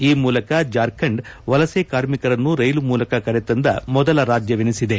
ಈ ಮೂಲಕ ಜಾರ್ಖಂಡ್ ವಲಸೆ ಕಾರ್ಮಿಕರನ್ನು ರೈಲು ಮೂಲಕ ಕರೆ ತಂದ ಮೊದಲ ರಾಜ್ಯವೆನಿಸಿದೆ